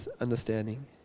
understanding